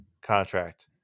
contract